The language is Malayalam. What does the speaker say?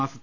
മാസത്തെ